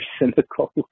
cynical